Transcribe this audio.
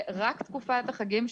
רק תקופת החגים,